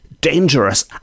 dangerous